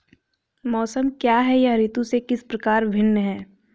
मौसम क्या है यह ऋतु से किस प्रकार भिन्न है?